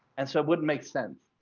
and so it wouldn't make sense.